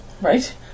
right